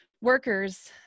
Workers